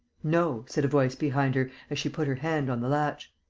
no, said a voice behind her, as she put her hand on the latch.